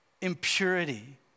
impurity